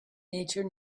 nature